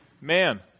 man